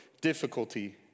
difficulty